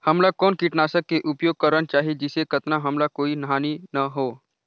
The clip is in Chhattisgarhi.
हमला कौन किटनाशक के उपयोग करन चाही जिसे कतना हमला कोई हानि न हो?